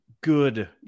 good